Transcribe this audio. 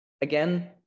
again